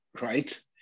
right